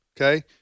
okay